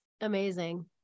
Amazing